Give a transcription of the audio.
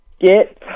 get